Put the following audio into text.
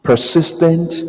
Persistent